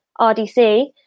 rdc